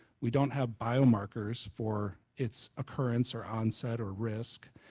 we don't have biomarkers for it's occurrence or onset or risk.